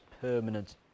permanent